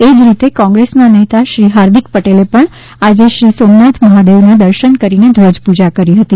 એજ રીતે કોંગ્રેસના નેતા શ્રી હાર્દિક પટેલે પણ આજ રોજ શ્રી સોમનાથ મહાદેવના દર્શન કરીને ધ્વજાપૂજા કરી હતી